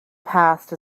past